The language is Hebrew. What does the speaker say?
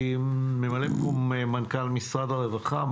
ממלא מקום מנכ"ל משרד הרווחה,